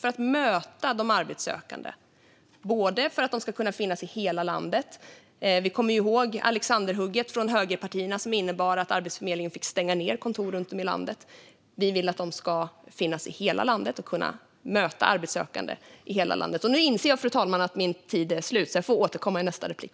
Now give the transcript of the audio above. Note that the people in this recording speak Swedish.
Det handlar om att den ska kunna möta de arbetssökande och finnas i hela landet. Vi kommer ihåg Alexanderhugget från högerpartier som innebar att Arbetsförmedlingen fick stänga ned kontor runt om i landet. Vi vill att den ska finnas i hela landet och kunna möta arbetssökande i hela landet. Nu inser jag, fru talman, att min talartid är slut. Jag får återkomma i nästa replik.